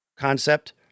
concept